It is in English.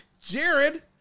Jared